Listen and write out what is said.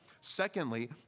Secondly